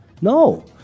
No